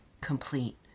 complete